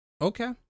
Okay